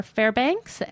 Fairbanks